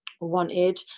wanted